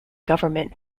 government